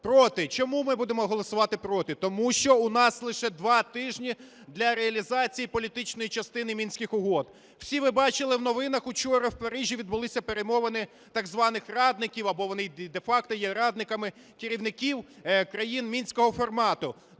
проти. Чому ми будемо голосувати проти? Тому що у нас лише два тижні для реалізації політичної частини Мінських угод. Всі ви бачили в новинах, учора в Парижі відбулися перемовини так званих радників, або вони і де-факто є радниками, керівників країн Мінського формату.